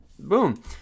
Boom